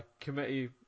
committee